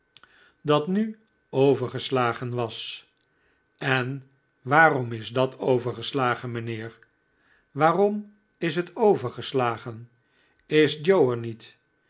dat nu overgeslagen was en waarom is dat overgeslagen mijnheer waarom is het overgeslagen is joe er niet